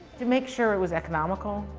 to make sure it was economical,